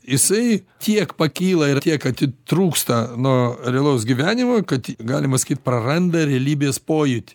jisai tiek pakyla ir tiek atitrūksta nuo realaus gyvenimo kad galima sakyt praranda realybės pojūtį